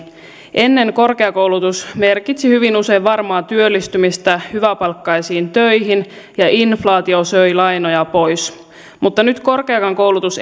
ennen korkeakoulutus merkitsi hyvin usein varmaa työllistymistä hyväpalkkaisiin töihin ja inflaatio söi lainoja pois mutta nyt korkeakaan koulutus